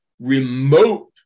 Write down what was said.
remote